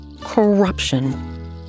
corruption